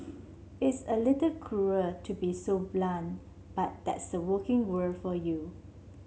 it's a little cruel to be so blunt but that's the working world for you